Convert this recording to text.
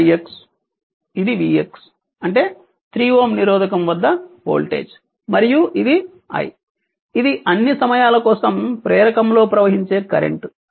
ఇది ix ఇది vx అంటే 3Ω నిరోధకం వద్ద వోల్టేజ్ మరియు i ఇది అన్ని సమయాల కోసం ప్రేరకంలో ప్రవహించే కరెంట్